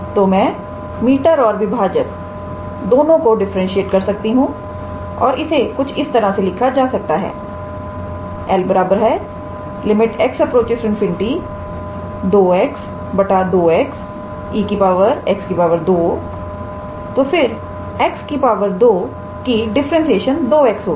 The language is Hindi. तो मैं मीटर और विभाजक दोनों को डिफरेंशिएट कर सकती हूं और इसे कुछ इस तरह से लिखा जा सकता है 𝐿 x∞ 2𝑥 2𝑥𝑒𝑥2 तो फिर x2 की डिफरेंसेशन 2x होगी